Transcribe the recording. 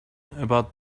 about